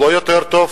הוא לא יותר טוב,